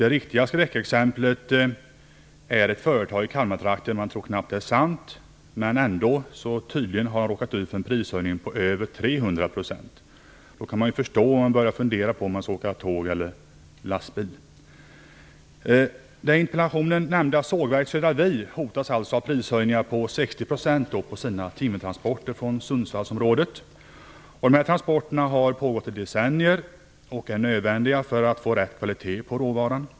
Det riktiga skräckexemplet är ett företag i Kalmartrakten som har råkat ut för en prishöjning på över 300 %. Man tror knappt att det är sant. Man förstår om företagaren funderar över om han skall transportera med tåg eller lastbil. Det i interpellationen nämnda sågverket i södra Vi hotas alltså av prishöjningar på 60 % på sina timmertransporter från Sundsvallsområdet. Dessa transporter har pågått i decennier, och de är nödvändiga för att man skall få rätt kvalitet på råvaran.